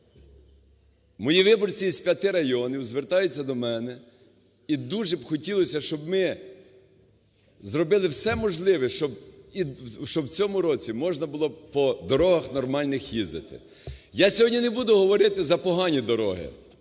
мої виборці з п'яти районів звертаються до мене, і дуже хотілося б, щоб ми зробили все можливе, щоб в цьому році можна було б по дорогах нормальних їздити. Я сьогодні не буду говорити за погані дороги.